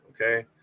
Okay